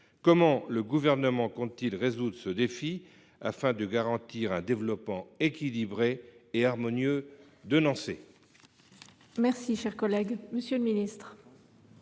Comment le Gouvernement compte-t-il relever ce défi afin de garantir un développement équilibré et harmonieux de Nançay ?